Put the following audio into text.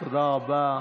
תודה רבה.